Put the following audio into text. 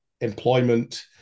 employment